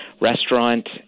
restaurant